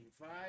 five